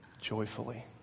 joyfully